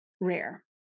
rare